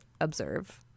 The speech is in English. observe